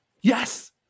Yes